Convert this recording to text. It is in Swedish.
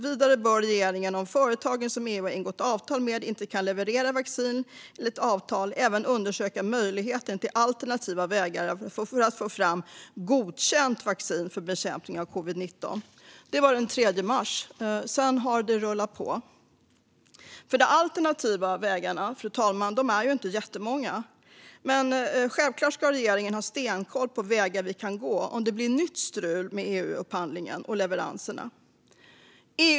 Vidare bör regeringen, om företagen som EU har ingått avtal med inte kan leverera vaccin enligt avtal, även undersöka möjligheten till alternativa vägar för att få fram godkänt vaccin för bekämpningen av covid-19. Detta framförde vi den 3 mars. Sedan har det rullat på. Fru talman! De alternativa vägarna är inte jättemånga, men självklart ska regeringen ha stenkoll på vägar vi kan gå om det blir nytt strul med EU-upphandlingen och leveranserna.